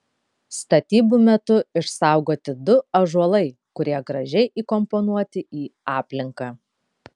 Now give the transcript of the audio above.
statybų metu išsaugoti du ąžuolai kurie gražiai įkomponuoti į aplinką